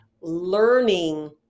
learning